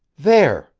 there!